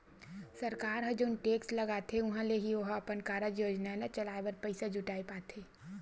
सरकार ह जउन टेक्स लगाथे उहाँ ले ही ओहा अपन कारज योजना ल चलाय बर पइसा जुटाय पाथे